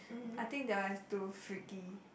I think that one is too freaky